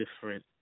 different